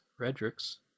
redrick's